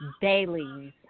dailies